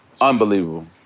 Unbelievable